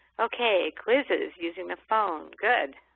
okay, quizzes using the phone. good.